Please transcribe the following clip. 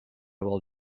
will